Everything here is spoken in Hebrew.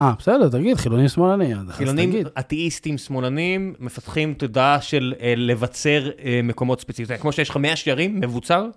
אה, בסדר, תגיד, חילונים שמאלנים. חילונים אתאיסטים שמאלנים מפתחים תודעה של לבצר מקומות ספציפית. זה כמו שיש לך מאה שערים, מבוצר.